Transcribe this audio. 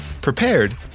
prepared